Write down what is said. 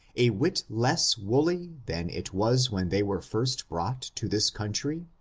a whit less woolly than it was when they were first brought to this country?